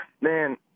man